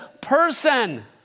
person